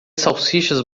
salsichas